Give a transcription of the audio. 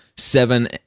seven